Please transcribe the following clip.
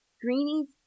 greenies